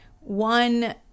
one